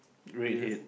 redhead